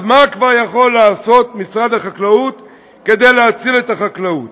אז מה כבר יכול משרד החקלאות לעשות כדי להציל את החקלאות?